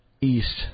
east